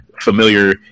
Familiar